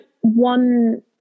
one